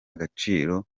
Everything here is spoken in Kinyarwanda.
agaciro